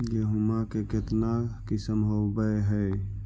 गेहूमा के कितना किसम होबै है?